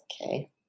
Okay